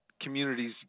communities